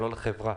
לא לחברה.